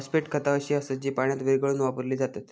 phosphate खता अशी असत जी पाण्यात विरघळवून वापरली जातत